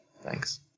Thanks